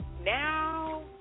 Now